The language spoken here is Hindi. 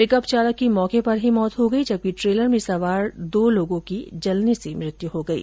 पिकअप चालक की मौके पर ही मौत हो गई जबकि ट्रेलर में सवार दो व्यक्तियों की जलने से मृत्यु हो गयी